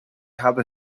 have